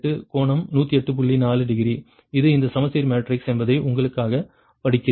4 degree இது இந்த சமச்சீர் மேட்ரிக்ஸ் என்பதை உங்களுக்காகப் படிக்கிறேன்